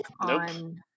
on